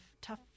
tough